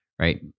right